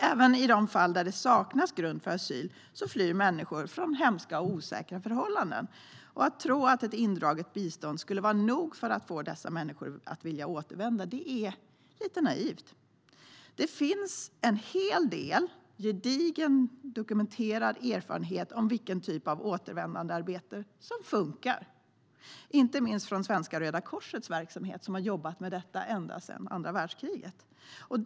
Även i de fall där det saknas grund för asyl flyr människor från hemska och osäkra förhållanden. Att tro att ett indraget bistånd skulle vara nog för att få dessa människor att vilja återvända är lite naivt. Det finns en hel del gedigen, dokumenterad erfarenhet om vilken typ av återvändandearbete som funkar, inte minst från Svenska Röda Korset, som har jobbat med detta sedan andra världskriget.